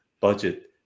budget